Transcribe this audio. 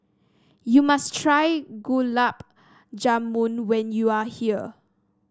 you must try Gulab Jamun when you are here